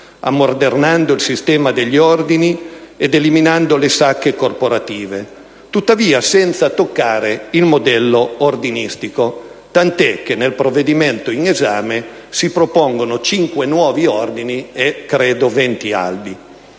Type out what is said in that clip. ammodernando il sistema degli ordini ed eliminando le sacche corporative, tuttavia senza toccare il modello ordinistico, tant'è vero che nel provvedimento in esame si propongono cinque nuovi ordini e 20 albi.